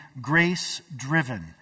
grace-driven